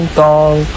thong